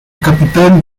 capitán